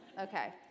Okay